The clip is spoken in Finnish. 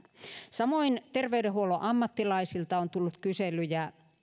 samoin terveydenhuollon ammattilaisilta on tullut kyselyjä